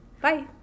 Bye